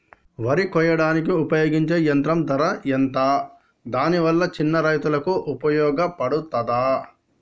వరి కొయ్యడానికి ఉపయోగించే యంత్రం ధర ఎంత దాని వల్ల చిన్న రైతులకు ఉపయోగపడుతదా?